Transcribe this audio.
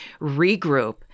regroup